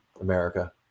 America